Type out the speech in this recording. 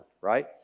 right